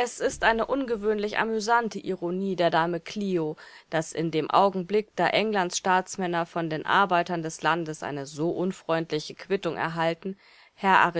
es ist eine ungewöhnlich amüsante ironie der dame klio daß in dem augenblick da englands staatsmänner von den arbeitern des landes eine so unfreundliche quittung erhalten herr